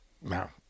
Now